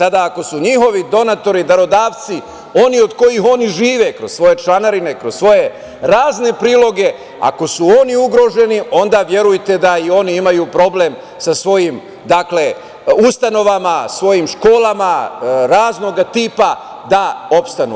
Ako su njihovi donatori, darodavci, oni od kojih oni žive od svoje članarine, kroz svoje razne priloge, ako su oni ugroženi, onda verujte da oni imaju problem sa svojim ustanovama, svojim školama raznoga tipa da opstanu.